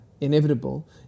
inevitable